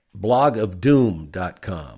blogofdoom.com